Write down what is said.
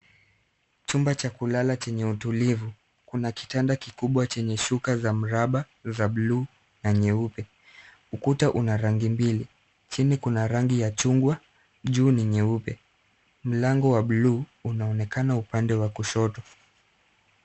Chumba cha kulala chenye utulivu. Kuna kitanda kubwa chenye shuka za mraba za blue na nyeupe. Ukuta kuna rangi mbili. Chini kuna rangi ya chungwa, juu ni nyeupe. Mlango wa buluu unaonekana upande wa kushoto.